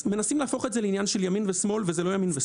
מנסים להפוך את זה לעניין של ימין ושמאל אבל זה לא ימין ושמאל.